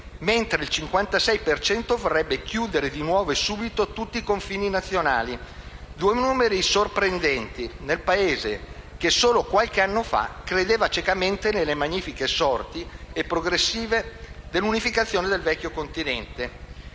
per cento vorrebbe chiudere di nuovo e subito tutti i confini nazionali. Si tratta di due numeri sorprendenti nel Paese che, solo qualche anno fa, credeva ciecamente nelle magnifiche sorti e progressive dell'unificazione del vecchio continente.